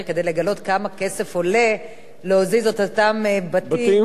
כדי לגלות כמה כסף עולה להזיז את אותם בתים,